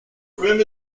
grim